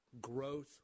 growth